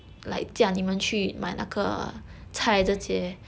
买菜